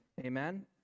Amen